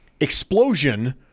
Explosion